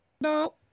no